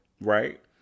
right